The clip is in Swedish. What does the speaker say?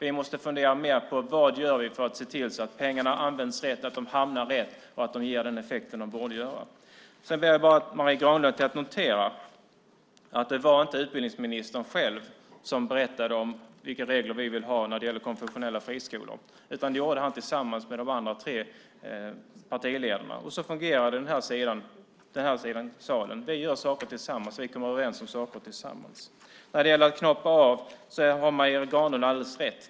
Vi måste fundera mer på vad vi gör för att se till att pengarna används rätt, hamnar rätt och ger den effekt de borde göra. Jag ber Marie Granlund notera att det inte var utbildningsministern själv som berättade vilka regler vi vill ha när det gäller konfessionella friskolor, utan det gjorde han tillsammans med de andra tre partiledarna. Så fungerar det på den här sidan salen. Vi gör saker tillsammans. Vi kommer överens om saker tillsammans. Marie Granlund har alldeles rätt när det gäller avknoppning.